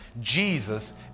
Jesus